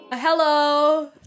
Hello